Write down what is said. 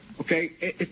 Okay